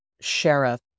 sheriff